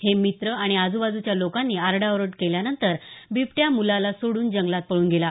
हे मित्र आणि आजुबाजुच्या लोकांनी आरडाओरड केल्यानंतर बिबट्या मुलाला सोडून जंगलात पळून गेला